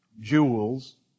jewels